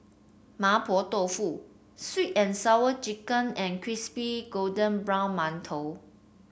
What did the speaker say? Mapo Tofu sweet and Sour Chicken and Crispy Golden Brown Mantou